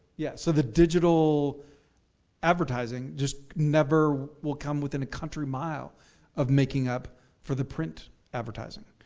yeah, so the digital advertising just never will come within a country mile of making up for the print advertising.